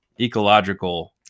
ecological